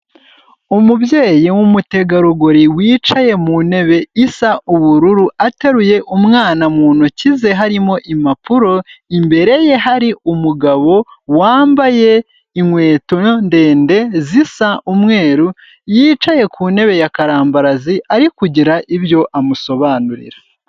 Umubyeyi w'umutegarugori wicaye mu ntebe isa ubururu ateruye umwana mu ntoki ze harimo impapuro, imbere ye hari umugabo wambaye inkweto ndende zisa umweru, yicaye ku ntebe ya karambarazi ari kugira ibyo amusobanurira.